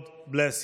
God bless you.